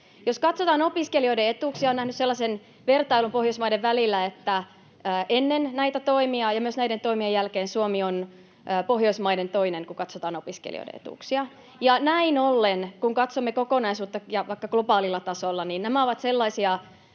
Jos katsotaan opiskelijoiden etuuksia, niin olen nähnyt sellaisen vertailun Pohjoismaiden välillä, että ennen näitä toimia ja myös näiden toimien jälkeen Suomi on Pohjoismaista toisena, kun katsotaan opiskelijoiden etuuksia. Näin ollen, kun katsomme kokonaisuutta ja vaikka globaalilla tasolla, tämä suomalainen